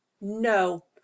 No